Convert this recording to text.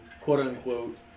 quote-unquote